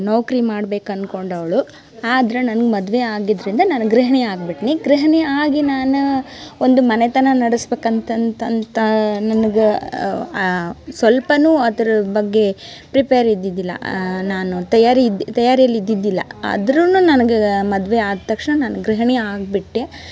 ನೌಕ್ರಿ ಮಾಡ್ಬೇಕು ಅನ್ಕೊಂಡೊಳು ಆದ್ರ ನಂಗ ಮದುವೆ ಆಗಿದ್ದರಿಂದ ನಾನು ಗೃಹಿಣಿ ಆಗ್ಬಿಟ್ನಿ ಗೃಹಿಣಿ ಆಗಿ ನಾನು ಒಂದು ಮನೆತನ ನಡಸ್ಬೇಕಂತ ಅಂತ ಅಂತ ಅಂತ ನನಗೆ ಸ್ವಲ್ಪನೂ ಅದ್ರ ಬಗ್ಗೆ ಪ್ರಿಪೇರ್ ಇದ್ದಿದ್ದಿಲ್ಲ ನಾನು ತಯಾರಿ ಇದು ತಯಾರಿಲಿ ಇದ್ದಿದ್ದಿಲ್ಲ ಆದರೂನು ನನಗೆ ಮದುವೆ ಆದ ತಕ್ಷಣ ನಾನು ಗೃಹಿಣಿ ಆಗ್ಬಿಟ್ಟೆ